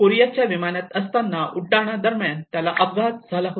कोरियाच्या विमानात असताना उड्डाणदरम्यान त्याला अपघात झाला होता